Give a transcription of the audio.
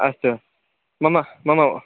अस्तु मम मम